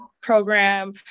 program